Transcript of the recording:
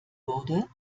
wurde